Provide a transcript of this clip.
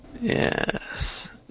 Yes